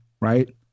right